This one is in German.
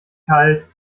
kalt